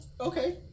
Okay